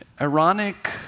ironic